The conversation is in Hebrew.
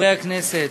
חברי הכנסת,